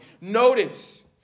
Notice